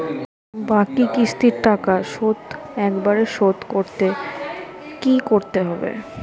বাকি কিস্তির টাকা শোধ একবারে শোধ করতে কি করতে হবে?